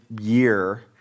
year